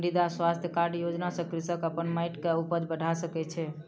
मृदा स्वास्थ्य कार्ड योजना सॅ कृषक अपन माइट के उपज बढ़ा सकै छै